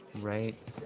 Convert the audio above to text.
Right